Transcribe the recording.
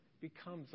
becomes